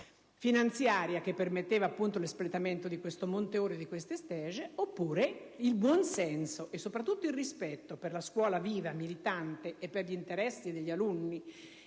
una posta finanziaria che permetteva l'espletamento di questo monte ore e di questi *stage*; oppure il buonsenso e soprattutto il rispetto per la scuola viva e militante e per gli interessi collettivi